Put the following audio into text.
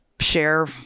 share